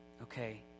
okay